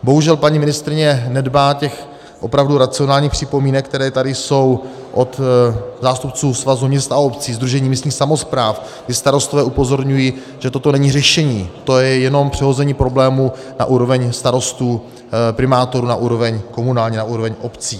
Bohužel paní ministryně nedbá těch opravdu racionálních připomínek, které tady jsou od zástupců Svazu měst a obcí, Sdružení místních samospráv, kdy starostové upozorňují, že toto není řešení, je to jenom přehození problému na úroveň starostů, primátorů, na úroveň komunální, na úroveň obcí.